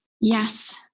Yes